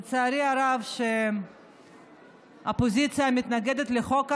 לצערי הרב, שהאופוזיציה מתנגדת לחוק הזה,